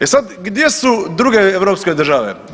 E sad gdje su druge europske države?